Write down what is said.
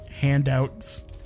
Handouts